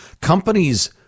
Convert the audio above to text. Companies